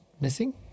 Missing